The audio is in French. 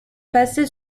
placé